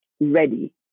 ready